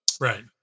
Right